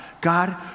God